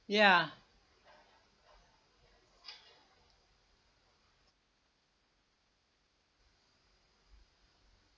ya